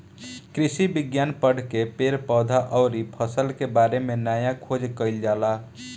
कृषि विज्ञान पढ़ के पेड़ पौधा अउरी फसल के बारे में नया खोज कईल जाला